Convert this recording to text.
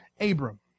Abram